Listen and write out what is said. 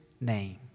name